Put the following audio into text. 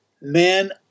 man